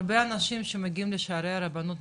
הרבה אנשים שמגיעים לשערי הרבנות,